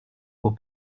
pour